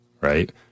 right